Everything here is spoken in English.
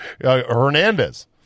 Hernandez